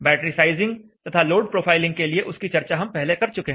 battery sizing तथा load profiling के लिए उसकी चर्चा हम पहले कर चुके हैं